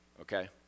okay